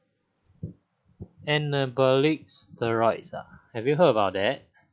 anabolic steroids ah have you heard about that